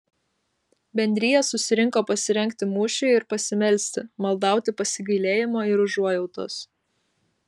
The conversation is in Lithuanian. bendrija susirinko pasirengti mūšiui ir pasimelsti maldauti pasigailėjimo ir užuojautos